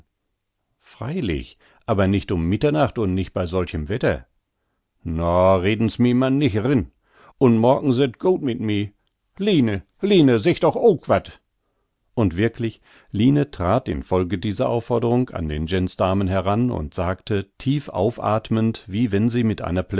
freilich aber nicht um mitternacht und nicht bei solchem wetter na rieden's mi man nich rin un moaken se't good mit mi line line segg doch ook wat und wirklich line trat in folge dieser aufforderung an den gensdarmen heran und sagte tief aufathmend wie wenn sie mit einer